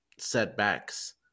setbacks